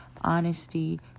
honesty